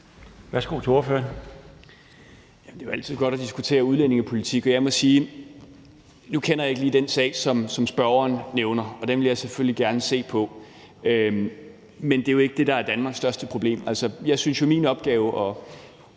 Peter Kofod (DF): Det er jo altid godt at diskutere udlændingepolitik, men jeg må sige, at nu kender jeg ikke lige den sag, som spørgeren nævner, og den vil jeg selvfølgelig gerne se på. Men det er jo ikke det, der er Danmarks største problem. Jeg synes, at min og 178